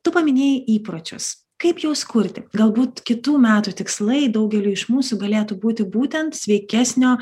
tu paminėjai įpročius kaip juos kurti galbūt kitų metų tikslai daugeliui iš mūsų galėtų būti būtent sveikesnio